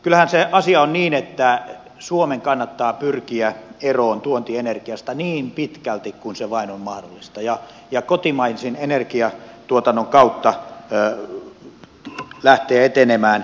kyllähän se asia on niin että suomen kannattaa pyrkiä eroon tuontienergiasta niin pitkälti kuin se vain on mahdollista ja kotimaisen energiatuotannon kautta lähteä etenemään